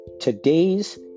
Today's